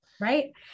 Right